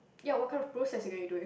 ya what kind of processing are you doing